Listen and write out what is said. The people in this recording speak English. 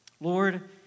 Lord